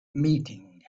meeting